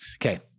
Okay